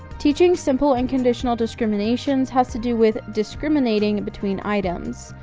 teaching simple and conditional discriminations has to do with discriminating between items.